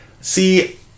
See